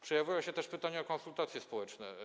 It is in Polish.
Przewijały się też pytania o konsultacje społeczne.